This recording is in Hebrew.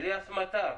אליאס מטר.